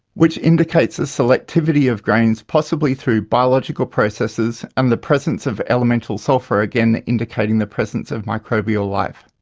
which indicates a selectivity of grains possibly through biological processes and the presence of elemental sulphur again indicating the presence of microbial life.